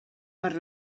per